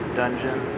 dungeon